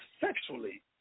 sexually